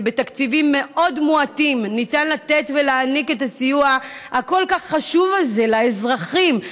ובתקציבים מאוד מועטים ניתן להעניק את הסיוע הכל-כך חשוב הזה לאזרחים,